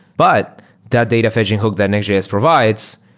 but that data fetching hook that nextjs provides,